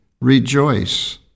rejoice